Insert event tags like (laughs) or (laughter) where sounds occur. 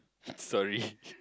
(noise) sorry (laughs)